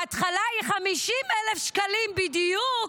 ההתחלה היא 50,000 שקלים בדיוק,